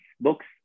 books